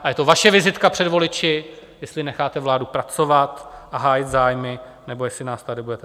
A je to vaše vizitka před voliči, jestli necháte vládu pracovat a hájit zájmy, nebo jestli nás tady budete držet.